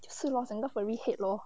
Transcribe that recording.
就是 lor 整个 furry head lor